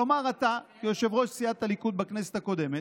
כלומר אתה, יושב-ראש סיעת הליכוד בכנסת הקודמת,